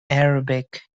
arabic